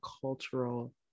cultural